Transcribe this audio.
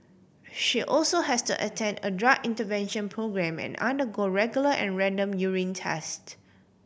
she also has to attend a drug intervention programme and undergo regular and random urine test